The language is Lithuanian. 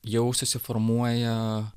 jau susiformuoja